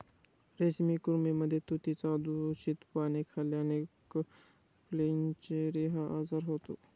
रेशमी कृमींमध्ये तुतीची दूषित पाने खाल्ल्याने फ्लेचेरी हा आजार होतो